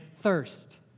thirst